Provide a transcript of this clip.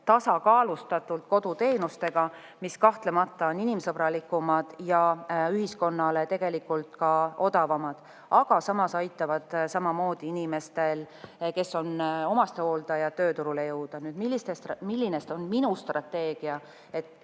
tasakaalustatult koduteenustega, mis kahtlemata on inimsõbralikumad ja ühiskonnale tegelikult ka odavamad. Samas aitavad need inimestel, kes on omastehooldajad, tööturule jõuda. Milline on minu strateegia,